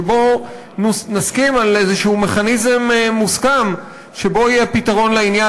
שבו נסכים על איזה מכניזם מוסכם שבו יהיה פתרון לעניין.